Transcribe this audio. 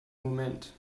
moment